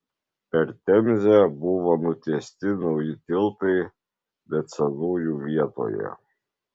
per temzę buvo nutiesti nauji tiltai bet senųjų vietoje